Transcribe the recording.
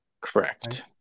correct